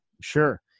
sure